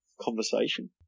conversation